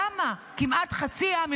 למה כמעט חצי עם,